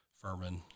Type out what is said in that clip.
Furman